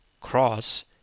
cross